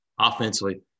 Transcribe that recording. Offensively